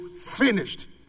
finished